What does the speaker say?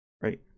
right